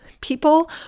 People